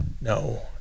no